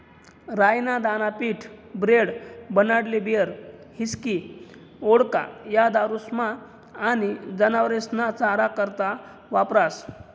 राई ना दाना पीठ, ब्रेड, बनाडाले बीयर, हिस्की, वोडका, या दारुस्मा आनी जनावरेस्ना चारा करता वापरास